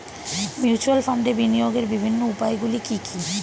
Mutual ফান্ডে বিনিয়োগের বিভিন্ন উপায়গুলি কি কি?